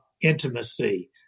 intimacy